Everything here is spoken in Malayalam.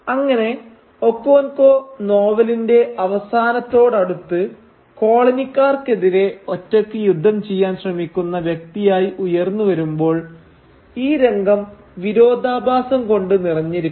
അങ്ങനെ ഒക്കോൻകോ നോവലിന്റെ അവസാനത്തോടടുത്ത് കോളനിക്കാർക്കെതിരെ ഒറ്റക്ക് യുദ്ധം ചെയ്യാൻ ശ്രമിക്കുന്ന വ്യക്തിയായി ഉയർന്നുവരുമ്പോൾ ഈ രംഗം വിരോധാഭാസം കൊണ്ട് നിറഞ്ഞിരിക്കുന്നു